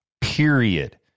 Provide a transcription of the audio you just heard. Period